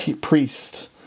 priest